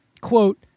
quote